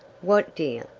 what, dear?